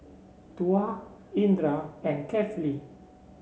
Tuah Indra and Kefli